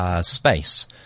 space